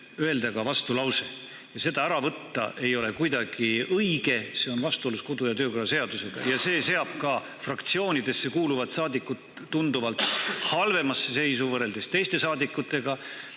öelda ka vastulause. Seda ära võtta ei ole kuidagi õige, see on vastuolus kodu- ja töökorra seadusega. Ja see seab ka fraktsioonidesse kuuluvad saadikud tunduvalt halvemasse seisu võrreldes teiste saadikutega.